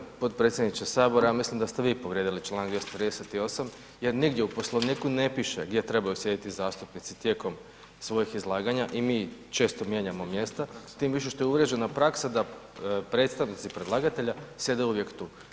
Dakle, g. potpredsjedniče Sabora, ja mislim da ste vi povrijedili čl. 238. jer nigdje u Poslovniku ne piše gdje trebaju sjediti zastupnici tijekom svojeg izlaganja, i mi često mijenjamo mjesta tim više što je uvriježena praksa da predstavnici predlagatelja sjede uvijek tu.